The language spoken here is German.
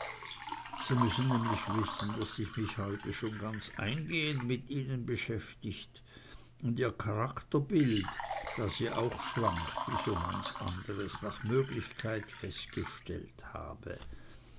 sie müssen nämlich wissen daß ich mich heute schon ganz eingehend mit ihnen beschäftigt und ihr charakterbild das ja auch schwankt wie so manch andres nach möglichkeit festgestellt habe